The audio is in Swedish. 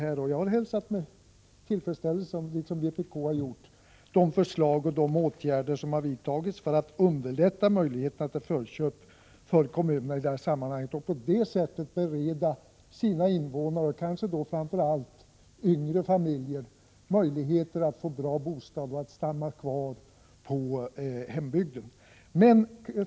Vpk har hälsat med tillfredsställelse de förslag och de åtgärder som underlättat kommunernas möjligheter till förköp för att på det sättet bereda sina invånare — kanske då framför allt yngre familjer — möjlighet att få bra bostäder och kunna stanna kvar i hembygden.